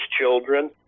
children